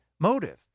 motive